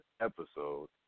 episode